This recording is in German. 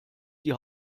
die